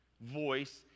voice